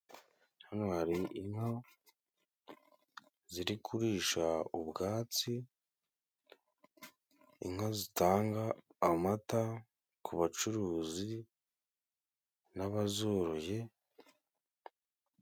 Hano, hari inka ziri kurisha ubwatsi. Inka zitanga amata ku bacuruzi n’abazoroye.